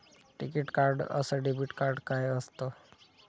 टिकीत कार्ड अस debit card काय असत?